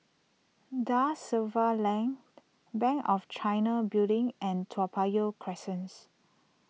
Da Silva Lane Bank of China Building and Toa Payoh